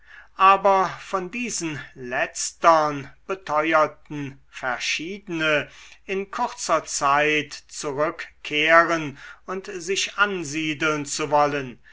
aber von diesen letztern beteuerten verschiedene in kurzer zeit zurückkehren und sich ansiedeln zu wollen